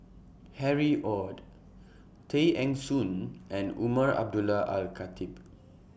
Harry ORD Tay Eng Soon and Umar Abdullah Al Khatib